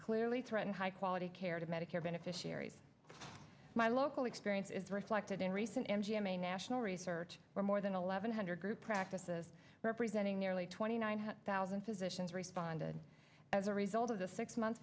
clearly threaten high quality care to medicare beneficiaries my local experience is reflected in recent m g m a national research where more than eleven hundred group practices representing nearly twenty nine thousand physicians responded as a result of the six months